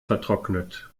vertrocknet